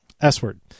S-word